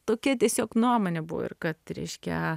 tokia tiesiog nuomonė buvo ir kad reiškia